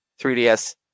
3ds